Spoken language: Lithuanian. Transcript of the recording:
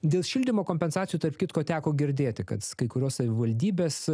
dėl šildymo kompensacijų tarp kitko teko girdėti kads kai kurios savivaldybės